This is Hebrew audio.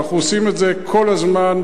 אנחנו עושים את זה כל הזמן,